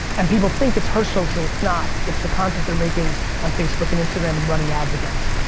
and people think it's her social, it's not. it's the content their making on facebook and instagram and running ads against.